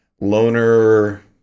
loner